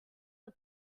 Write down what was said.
for